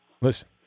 Listen